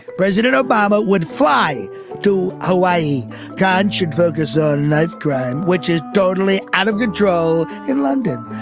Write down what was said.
president obama would fly to hawaii god should focus on knife crime which is totally out of control in london.